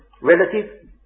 relative